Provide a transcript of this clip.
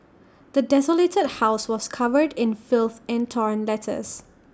the desolated house was covered in filth and torn letters